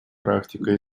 практикой